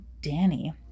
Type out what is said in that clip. danny